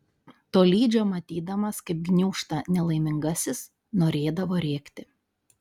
tolydžio matydamas kaip gniūžta nelaimingasis norėdavo rėkti